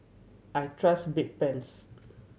I trust Bedpans